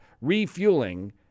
refueling